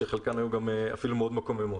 שחלקן היו אפילו מאוד מקוממות.